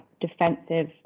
defensive